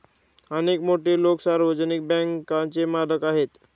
अनेक मोठे लोकं सार्वजनिक बँकांचे मालक आहेत